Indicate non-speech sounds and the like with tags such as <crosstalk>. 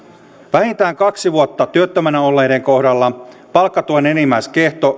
vähintään kaksi vuotta työttömänä olleiden kohdalla palkkatuen enimmäiskesto <unintelligible>